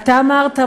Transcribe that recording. אמרת,